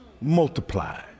Multiply